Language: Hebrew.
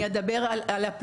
אני אדבר על הפגיעה.